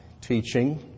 teaching